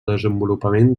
desenvolupament